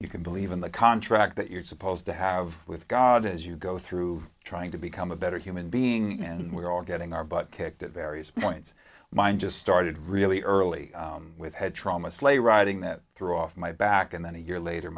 you can believe in the contract that you're supposed to have with god as you go through trying to become a better human being and we're all getting our butt kicked at various points mine just started really early with head trauma sleigh riding that threw off my back and then a year later